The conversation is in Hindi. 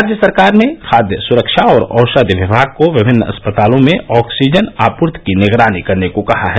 राज्य सरकार ने खाद्य सुरक्षा और औषधी विभाग को विभिन्न अस्पतालों में ऑक्सीजन आपूर्ति की निगरानी करने को कहा है